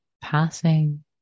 passing